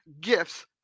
gifts